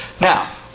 Now